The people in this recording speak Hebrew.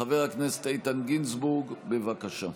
חבר הכנסת איתן גינזבורג, בבקשה.